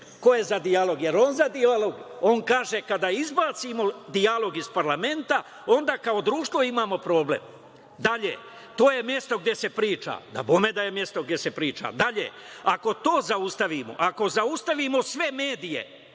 ko je za dijalog? Dali je on za dijalog? On kaže: „Kada izbacimo dijalog iz parlamenta, onda kao društvo imamo problem“. Dalje: „To je mesto gde se priča“. Dabome da je mesto gde se priča. Dalje: „Ako to zaustavimo, ako zaustavimo sve medije“,